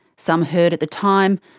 some heard at the time,